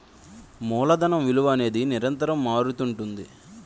మూలధనం విలువ అనేది నిరంతరం మారుతుంటుంది